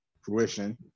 fruition